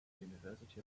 university